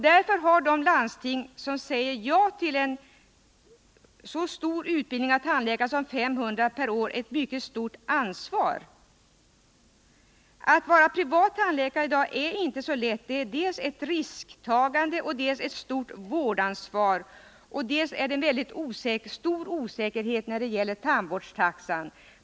Därför har de landsting som säger ja till en så stor utbildning av tandläkare som 500 per år ett mycket stort ansvar. Att vara privattandläkare i dag är inte så lätt. Det är dels ett risktagande, dels ett stort vårdansvar. Dessutom råder stor ovisshet när det gäller tandvårdstaxan.